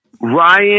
Ryan